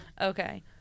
Okay